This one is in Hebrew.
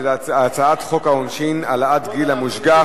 הצעת חוק העונשין (העלאת גיל המושגח).